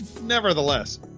Nevertheless